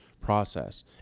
process